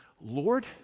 Lord